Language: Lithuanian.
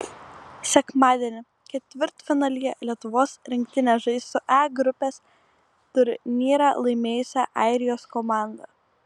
sekmadienį ketvirtfinalyje lietuvos rinktinė žais su a grupės turnyrą laimėjusia airijos komanda